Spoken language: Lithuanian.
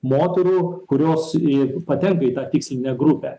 moterų kurios į patenka į tą tikslinę grupę